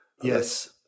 Yes